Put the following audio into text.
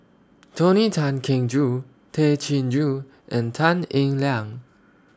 Tony Tan Keng Joo Tay Chin Joo and Tan Eng Liang